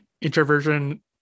Introversion